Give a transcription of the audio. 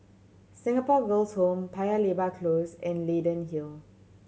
Singapore Girls' Home Paya Lebar Close and Leyden Hill